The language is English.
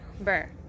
Burr